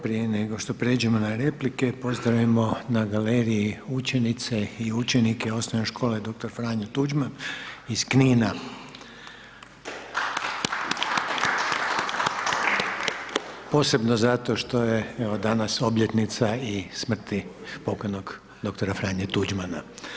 Prije nego što prijeđemo na replike, pozdravimo na galeriji učenice i učenike OŠ dr. Franjo Tuđman iz Knina… Posebno zato što je evo danas obljetnica i smrti pokojnog dr. Franje Tuđmana.